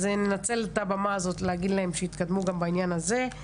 אז ננצל את הבמה הזאת להגיד להם שיתקדמו גם בעניין הזה.